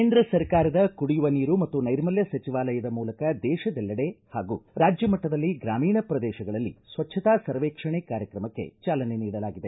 ಕೇಂದ್ರ ಸರ್ಕಾರದ ಕುಡಿಯುವ ನೀರು ಮತ್ತು ನೈರ್ಮಲ್ಕ ಸಚಿವಾಲಯದ ಮೂಲಕ ದೇಶದೆಲ್ಲಡೆ ಹಾಗೂ ರಾಜ್ಯ ಮಟ್ಟದಲ್ಲಿ ಗ್ರಾಮೀಣ ಪ್ರದೇಶಗಳಲ್ಲಿ ಸ್ವಜ್ಞತಾ ಸರ್ವೇಕ್ಷಣೆ ಕಾರ್ಯಕ್ರಮಕ್ಕೆ ಜಾಲನೆ ನೀಡಲಾಗಿದೆ